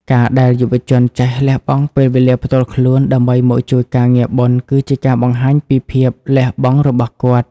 ការដែលយុវជនចេះ "លះបង់ពេលវេលាផ្ទាល់ខ្លួន" ដើម្បីមកជួយការងារបុណ្យ គឺជាការបង្ហាញពីភាពលះបង់របស់គាត់។